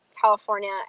California